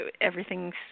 everything's